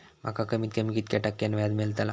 माका कमीत कमी कितक्या टक्क्यान व्याज मेलतला?